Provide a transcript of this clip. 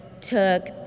took